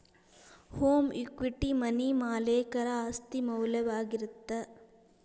home equity money ಮಾಲೇಕರ ಆಸ್ತಿ ಮೌಲ್ಯವಾಗಿರತ್ತ